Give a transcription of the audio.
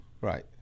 Right